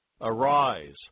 Arise